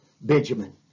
Benjamin